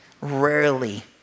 rarely